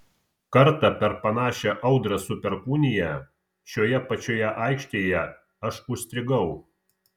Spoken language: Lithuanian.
kartą per panašią audrą su perkūnija šioje pačioje aikštėje aš užstrigau